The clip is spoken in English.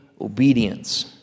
obedience